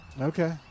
Okay